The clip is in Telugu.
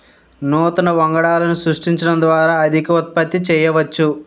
నూతన వంగడాలను సృష్టించడం ద్వారా అధిక ఉత్పత్తి చేయవచ్చు